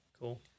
Cool